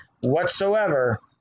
whatsoever